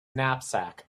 knapsack